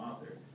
author